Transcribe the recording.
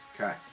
Okay